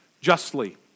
justly